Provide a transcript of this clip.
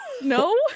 no